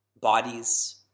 bodies